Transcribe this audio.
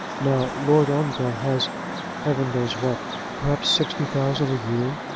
now lord ongar has heaven knows what perhaps sixty thousand a year.